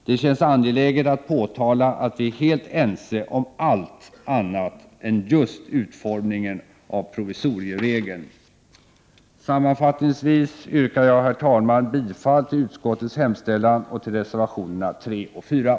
Det känns angeläget att påtala att vi är helt ense om allt annat än just utformningen av provisorieregeln. Sammanfattningsvis yrkar jag, herr talman, bifall till reservationerna 3 och 4 och i övrigt till utskottets hemställan.